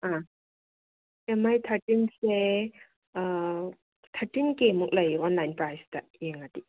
ꯑꯥ ꯑꯦꯝ ꯃꯥꯏ ꯊꯥꯔꯇꯤꯟꯁꯦ ꯊꯥꯔꯇꯤꯟ ꯀꯦ ꯃꯨꯛ ꯂꯩ ꯑꯣꯟꯂꯥꯏꯟ ꯄ꯭ꯔꯥꯏꯁꯇ ꯌꯦꯡꯉꯗꯤ